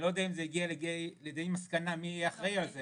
אני לא יודע אם זה הגיע להחלטה מי יהיה אחראי על זה.